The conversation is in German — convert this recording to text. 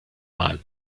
mal